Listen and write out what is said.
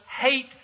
hate